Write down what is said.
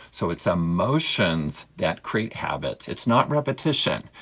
so it's emotions that create habits, it's not repetition,